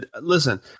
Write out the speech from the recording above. listen